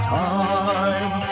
time